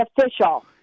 official